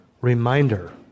reminder